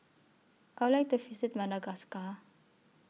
I Would like The visit Madagascar